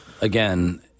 again